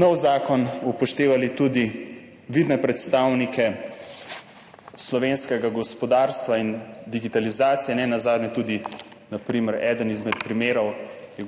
nov zakon, upoštevali tudi vidne predstavnike slovenskega gospodarstva in digitalizacije, nenazadnje je tudi eden izmed primerov